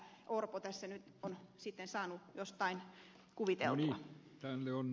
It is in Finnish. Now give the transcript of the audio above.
orpo tässä nyt on saanut jostain kuviteltua tänne on